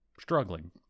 struggling